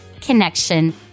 Connection